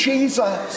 Jesus